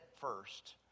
first